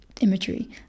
imagery